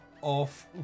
off